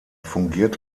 fungiert